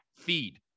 feed